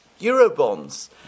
Eurobonds